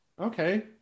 Okay